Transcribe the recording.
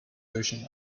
version